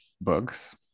books